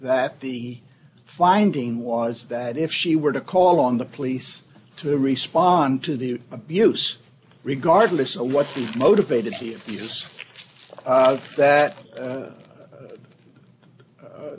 that the finding was that if she were to call on the police to respond to the abuse regardless of what motivated here is that that